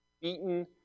beaten